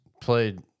played